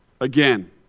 again